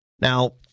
Now